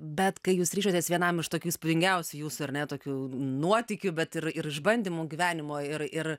bet kai jūs ryžotės vienam iš tokių įspūdingiausių jūsų ar ne tokių nuotykių bet ir ir išbandymų gyvenimo ir ir